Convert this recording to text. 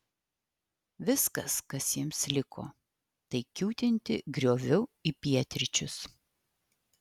viskas kas jiems liko tai kiūtinti grioviu į pietryčius